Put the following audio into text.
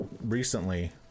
recently